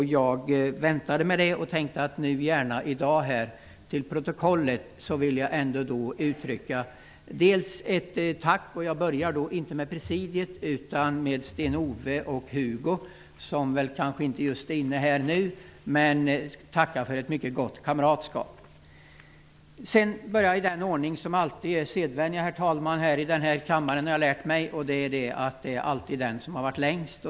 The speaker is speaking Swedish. Jag väntade med det till i dag för att få det till protokollet. Jag vill uttrycka ett tack. Jag börjar inte med presidiet utan med Sten-Ove och Hugo. De är kanske inte här just nu, men jag vill tacka för ett mycket gott kamratskap. Herr talman! Sedan tar jag det i den ordning som jag har lärt mig är sedvänja här i kammaren. Man börjar alltid med den som har varit här längst.